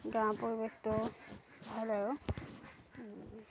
গাঁৱৰ পৰিৱেশটো ভাল আৰু